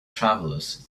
travelers